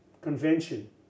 convention